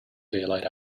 daylight